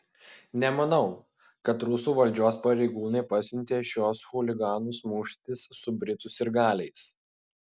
nemanau kad rusų valdžios pareigūnai pasiuntė šiuos chuliganus muštis su britų sirgaliais